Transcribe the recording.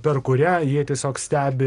per kurią jie tiesiog stebi